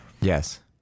Yes